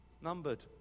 numbered